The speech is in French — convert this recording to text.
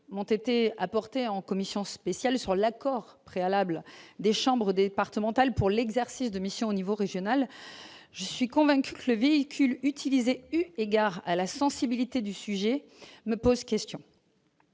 positive apportées en commission spéciale sur l'accord préalable des chambres départementales pour l'exercice 2 missions au niveau régional, je suis convaincu que le véhicule utilisé, eu égard à la sensibilité du sujet me pose question